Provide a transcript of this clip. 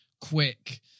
quick